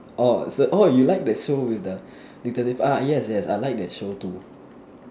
orh so orh you like the show with the detective ah yes yes I like that show too